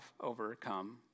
overcome